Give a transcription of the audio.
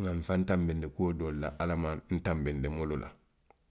nŋa nfaŋ tanbindi kuo doolu la, ala maŋ tanbi minnu la.